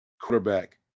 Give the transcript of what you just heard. quarterback